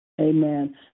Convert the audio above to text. Amen